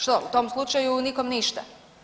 Što u tom slučaju nikom ništa?